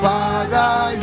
Father